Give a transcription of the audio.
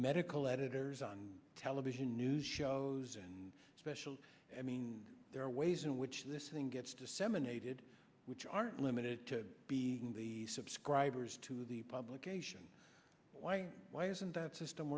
medical editors on television news shows and specials i mean there are ways in which this thing gets disseminated which aren't limited to be subscribers to the publication why isn't that system